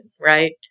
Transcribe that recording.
right